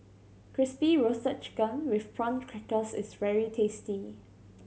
Crispy Roasted Chicken with Prawn Crackers is very tasty